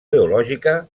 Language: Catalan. teològica